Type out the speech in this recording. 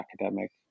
academic